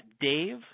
Dave